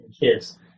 kids